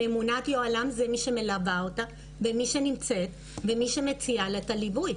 ממונת היוהל"מ זו מי שמלווה אותה ומי שנמצאת ומי שמציעה לה את הליווי.